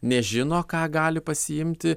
nežino ką gali pasiimti